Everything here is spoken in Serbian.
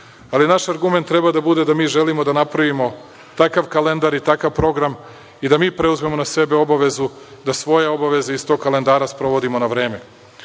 ali naš argument treba da bude da mi želimo da napravimo takav kalendar i takav program i da mi preuzmemo na sebe obavezu da svoje obaveze iz tog kalendara sprovodimo na